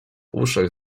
uszach